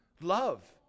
love